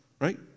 Right